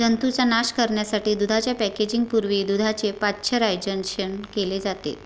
जंतूंचा नाश करण्यासाठी दुधाच्या पॅकेजिंग पूर्वी दुधाचे पाश्चरायझेशन केले जाते